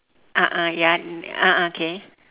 a'ah ya a'ah okay